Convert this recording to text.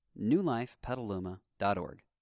newlifepetaluma.org